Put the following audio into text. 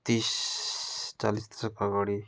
तिस चालिस दसक अगाडि